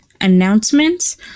announcements